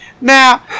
Now